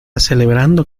celebrando